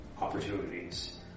opportunities